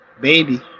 baby